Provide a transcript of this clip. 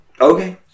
Okay